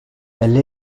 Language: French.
elle